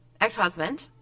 ex-husband